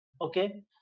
okay